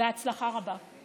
בהצלחה רבה.